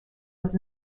was